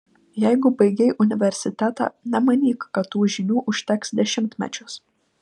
jeigu baigei universitetą nemanyk kad tų žinių užteks dešimtmečius